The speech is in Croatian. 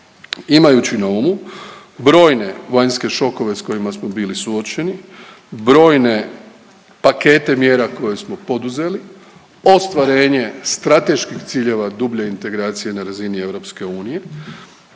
Imajući na umu brojne vanjske šokove s kojima smo bili suočeni, brojne pakete mjera koje smo poduzeli, ostvarenje strateških ciljeva dublje integracije na razini EU,